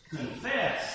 Confess